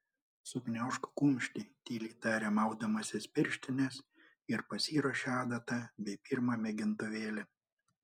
sugniaužk kumštį tyliai tarė maudamasis pirštines ir pasiruošė adatą bei pirmą mėgintuvėlį